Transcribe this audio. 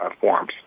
forms